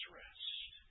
rest